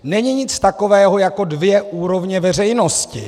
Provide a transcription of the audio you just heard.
Není nic takového jako dvě úrovně veřejnosti.